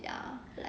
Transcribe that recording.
ya like